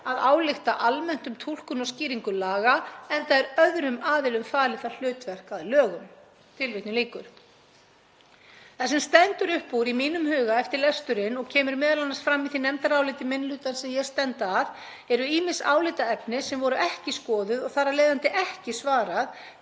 að álykta almennt um túlkun og skýringu laga, enda er öðrum aðilum falið það hlutverk að lögum.“ Það sem stendur upp úr í mínum huga eftir lesturinn, og kemur m.a. fram í því nefndaráliti minni hlutans sem ég stend að, eru ýmis álitaefni sem voru ekki skoðuð og þar af leiðandi ekki svarað